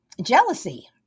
jealousy